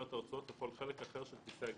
את הרצועות לכל חלק אחר של כיסא הגלגלים.